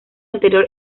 anterior